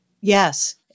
Yes